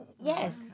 Yes